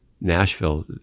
Nashville